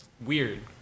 Weird